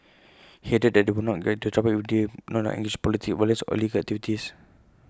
he added that they would not get into trouble if they do not engage in politics violence or illegal activities